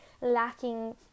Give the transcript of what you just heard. lacking